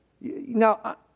Now